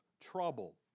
trouble